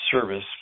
service